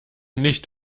nicht